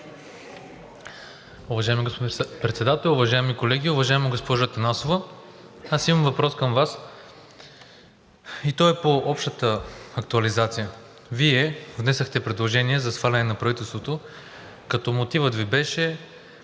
Вие внесохте предложение за сваляне на правителството, като мотивът Ви беше